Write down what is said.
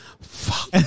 Fuck